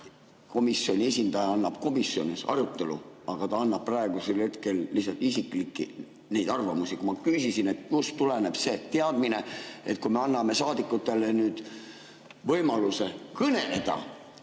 komisjoni esindaja annab edasi komisjonis arutelu. Aga ta annab praegusel hetkel lihtsalt isiklikke arvamusi. Ma küsisin, kust tuleneb see teadmine, et kui me anname saadikutele nüüd võimaluse kõneleda,